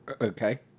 Okay